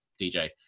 DJ